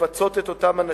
לפצות אותם,